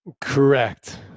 Correct